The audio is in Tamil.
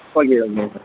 ஓகே ஓகேங்க சார்